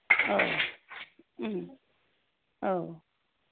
औ औ